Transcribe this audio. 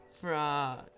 frog